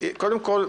קודם כול,